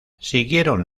siguieron